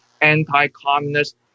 anti-communist